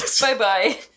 Bye-bye